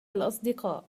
الأصدقاء